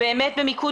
באמת במיקוד